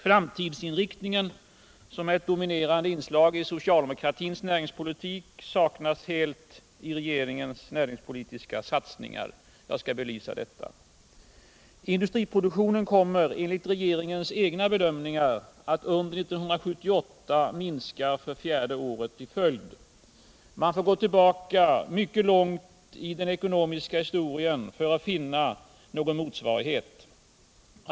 Framtidsinriktningen, som är ett dominerande inslag i socialdemokratins näringspolitik, saknas helt i regeringens näringspolitiska satsningar. Jag skall belysa detta. Industriproduktionen kommer enligt regeringens egna bedömningar att under 1978 minska för fjärde året i följd. Man får gå tillbaka mycket långt i den ekonomiska historien för att hitta någon motsvarighet.